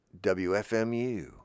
WFMU